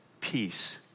peace